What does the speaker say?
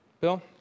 Bill